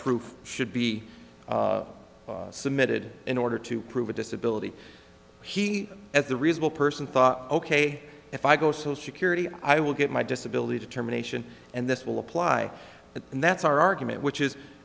proof should be submitted in order to prove a disability he at the reasonable person thought ok if i go so security i will get my disability determination and this will apply and that's our argument which is